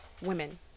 women